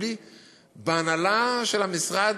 בהנהלה של המשרד,